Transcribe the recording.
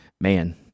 man